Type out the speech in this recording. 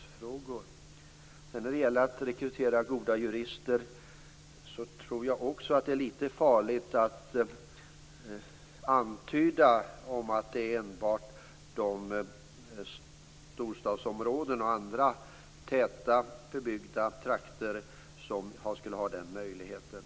När det sedan gäller att rekrytera goda jurister tror jag också att det är lite farligt att antyda att det enbart är storstadsområdena och andra tätbebyggda trakter som skulle ha den möjligheten.